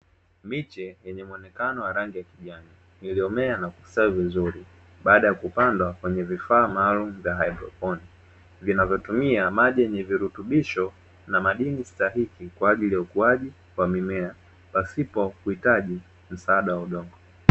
Miche yenyemuonekano wa rangi ya kijani iliomea na kuzaa vizuri baada ya kupanda kwenye vifaa maalum cha hydroponi, vinavyotumia maji yenye virutubisho na madini sahihi kwa ajili ya ukuaji wa mimea pasipo kuhitaji msaada wa udongo.